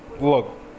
look